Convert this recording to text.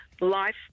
life